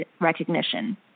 recognition